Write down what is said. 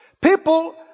People